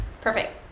Perfect